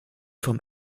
vom